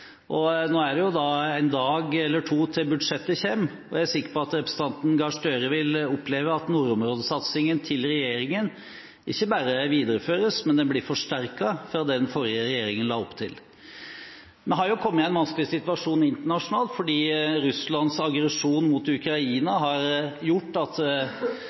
viktig. Nå er det en dag eller to til budsjettet kommer, og jeg er sikker på at representanten Gahr Støre vil oppleve at regjeringens nordområdesatsing ikke bare videreføres, men blir forsterket fra det den forrige regjeringen la opp til. Vi har kommet i en vanskelig diplomatisk situasjon internasjonalt på grunn av Russlands aggresjon mot Ukraina. Men regjeringen har også, med full støtte fra Arbeiderpartiet med flere, sagt at